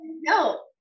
No